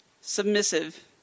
Submissive